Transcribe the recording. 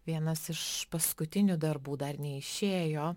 vienas iš paskutinių darbų dar neišėjo